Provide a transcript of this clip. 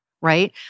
right